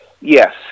Yes